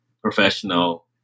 professional